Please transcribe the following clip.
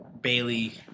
Bailey